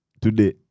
today